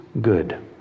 good